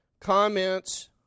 comments